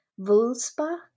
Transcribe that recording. Vulspa